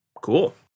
Cool